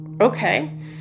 okay